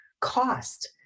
cost